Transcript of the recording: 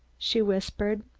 she whispered.